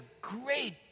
great